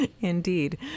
indeed